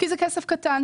כי זה כסף קטן.